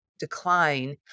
decline